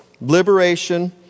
liberation